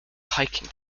hiking